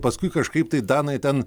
paskui kažkaip tai danai ten